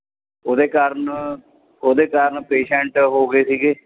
ਉਹਦੇ ਕਾਰਨ ਉਹਦੇ ਕਾਰਨ ਪੇਸ਼ੈਂਟ ਹੋ ਗਏ ਸੀ